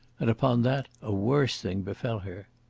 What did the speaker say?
and upon that a worse thing befell her.